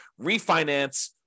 refinance